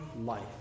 life